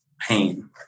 pain